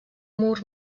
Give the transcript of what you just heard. mur